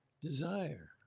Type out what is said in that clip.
desire